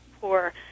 poor